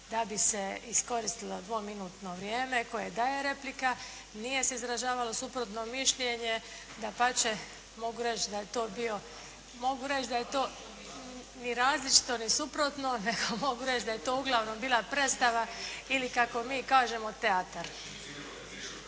da bi se iskoristilo dvominutno vrijeme koje daje replika. Nije se izražavalo suprotno mišljenje, dapače mogu reći da je to bio …… /Upadica se ne čuje./ … Ni različito ni suprotno nego mogu reći da je to uglavnom bila predstava ili kako mi kažemo teatar.